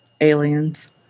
Aliens